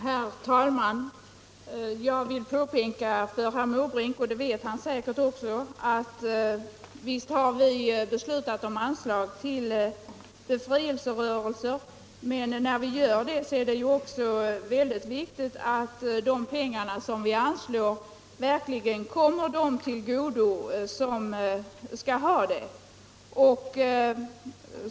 Herr talman! Jag vill påpeka för herr Måbrink — som säkert redan vet det — att vi har beslutat lämna bidrag till befrielserörelser. Men när vi gör det är det också viktigt att de pengar som anslås verkligen kommer dem till godo som skall ha pengarna.